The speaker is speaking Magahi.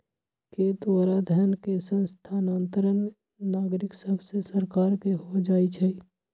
के द्वारा धन के स्थानांतरण नागरिक सभसे सरकार के हो जाइ छइ